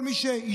כל מי שישמע,